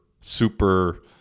super